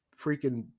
freaking